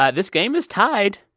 ah this game is tied.